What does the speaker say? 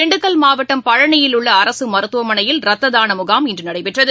திண்டுக்கல் மாவட்டம் பழனியில் உள்ளஅரசுமருத்துவமனையில் ரத்ததானமுகாம் இன்றுநடைபெற்றது